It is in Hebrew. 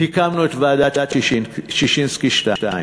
הקמנו את ועדת ששינסקי 2,